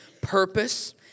purpose